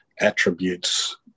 attributes